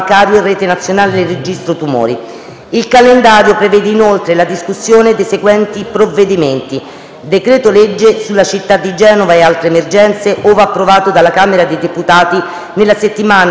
Il calendario prevede inoltre la discussione dei seguenti provvedimenti: decreto-legge sulla città di Genova e altre emergenze, ove approvato dalla Camera dei deputati, nella settimana dal 13 al 15 novembre;